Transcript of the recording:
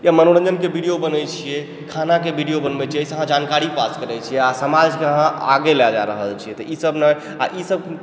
या मनोरञ्जनके वीडियो बनबय छियै खानाके वीडियो बनबै छियै एइसे अहाँ जानकारी पास करै छियै आ समाजके अहाँ आगे लए जा रहल छियै तऽ ई सब